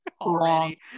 already